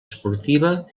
esportiva